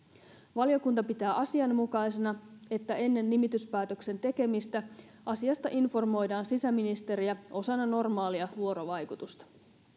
valiokunta pitää asianmukaisena että ennen nimityspäätöksen tekemistä asiasta informoidaan sisäministeriä osana normaalia vuorovaikutusta